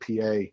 PA